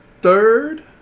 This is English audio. third